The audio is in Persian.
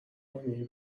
کنی